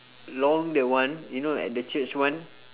long that one you know like the church [one]